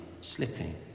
slipping